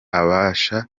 abasha